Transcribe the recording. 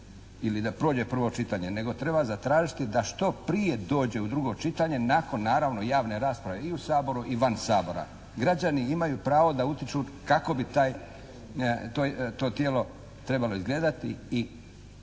ili da prođe prvo čitanje, nego treba zatražiti da što prije dođe u drugo čitanje nakon naravno javne rasprave i u Saboru i van Sabora. Građani imaju pravo da utiču kako bi taj, to tijelo trebalo izgledati i tko